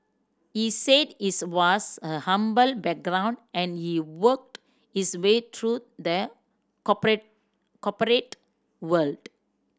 he said his was a humble background and he worked his way through the corporate world